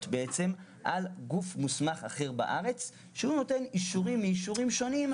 על גוף מוסמך אחר בארץ שנותן אישורים מאישורים שונים.